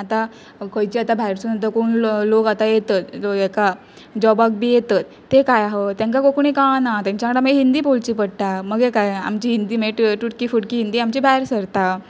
आतां खंयचे आतां भायर सून कोण लोक आतां येतत हेका जॉबाक बी येतत ते कायां आह तेंकां कोंकणी कळना तेंच्या कडेन मागीर हिंदी बोलची पडटा मगे काय आमची हिंदी मागीर तुटकी फुटकी हिंदी आमची भायर सरता